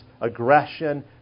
aggression